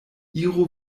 iru